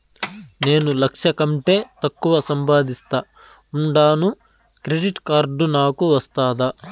నేను లక్ష కంటే తక్కువ సంపాదిస్తా ఉండాను క్రెడిట్ కార్డు నాకు వస్తాదా